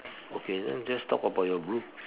okay then you just talk about your blue